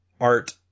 art